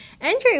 Andrew